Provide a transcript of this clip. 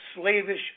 slavish